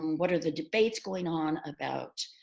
um what are the debates going on about